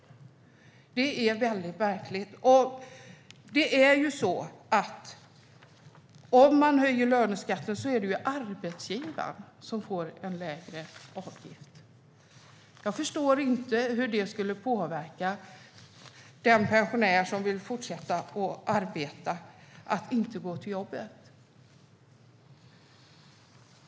Det är väldigt märkligt. Om man höjer löneskatten är det ju arbetsgivaren som får en lägre avgift. Jag förstår inte hur det skulle påverka den pensionär som vill fortsätta arbeta att inte gå till jobbet.